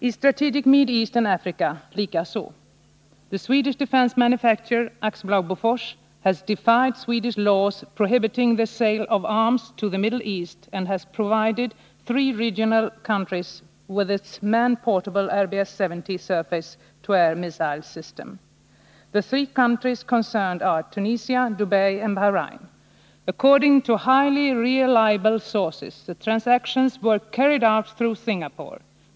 I Strategic Mid-East & Africa bekräftas uppgifterna likaså: Den svenska tillverkaren av försvarsmateriel, AB Bofors, har trotsat svenska lagar som förbjuder försäljning av vapen till Mellersta Östern och har försett tre länder i detta område med sitt bärbara landbaserade missilsystem RBS 70. De tre länderna i fråga är: Tunisien, Dubai och Bahrein. Enligt mycket tillförlitliga källor genomfördes affärerna via Singapore.